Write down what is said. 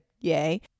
Yay